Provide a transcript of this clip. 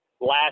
last